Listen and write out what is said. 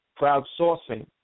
crowdsourcing